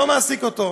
לא מעסיק אותו.